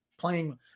playing